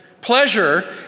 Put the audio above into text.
Pleasure